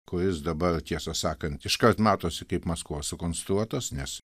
kuris dabar tiesą sakant iškart matosi kaip maskvos sukonstruotas nes